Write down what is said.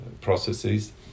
processes